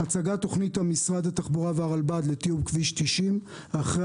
הצגת תוכנית המשרד לתחבורה והרלב"ד לטיוב כביש 90. אחרי